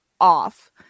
off